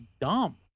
dumb